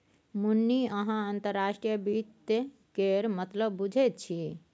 मुन्नी अहाँ अंतर्राष्ट्रीय वित्त केर मतलब बुझैत छी